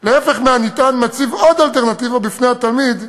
הפוך מהנטען, מציב עוד אלטרנטיבה בפני התלמיד,